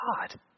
God